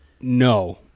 No